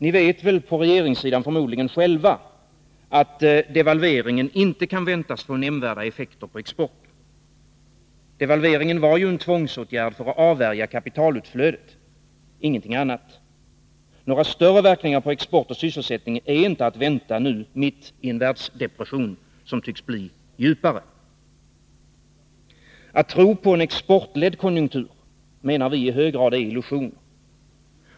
Ni vet på regeringssidan förmodligen själva, att devalveringen inte kan väntas få nämnvärda effekter på exporten. Devalveringen var ju en tvångsåtgärd för att avvärja kapitalutflödet — ingenting annat. Några större verkningar på export och sysselsättning är inte att vänta nu, mitt i en världsdepression som tycks bli djupare. Att tro på en exportledd konjunktur menar vi i hög grad är illusioner.